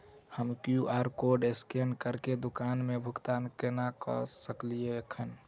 हम QR code scan करके दुकान मे भुगतान केना करऽ सकलिये एहन?